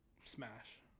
Smash